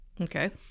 Okay